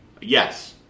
Yes